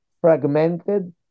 fragmented